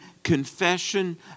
Confession